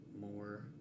more